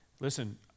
Listen